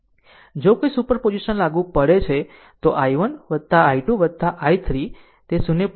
જો કોઈ સુપરપોઝિશન લાગુ પડે છે તો i1 i2 i3 તે 0